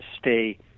stay